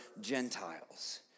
Gentiles